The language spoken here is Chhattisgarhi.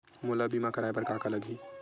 मोला बीमा कराये बर का का लगही?